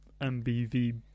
MBV